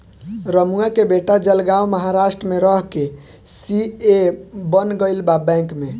रमुआ के बेटा जलगांव महाराष्ट्र में रह के सी.ए बन गईल बा बैंक में